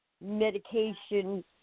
medication